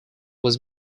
was